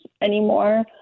anymore